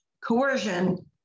coercion